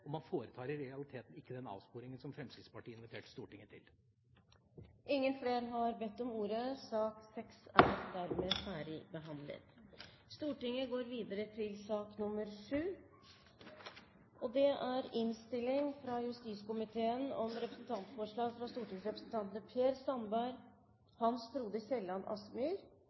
Og man foretar i realiteten ikke den avsporingen som Fremskrittspartiet inviterte Stortinget til. Flere har ikke bedt om ordet til sak nr. 6. Etter ønske fra justiskomiteen